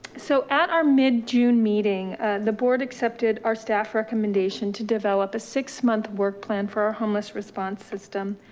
so at our mid-june meeting the board accepted our staff recommendation to develop a six month work plan for our homeless response system.